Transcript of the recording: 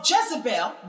Jezebel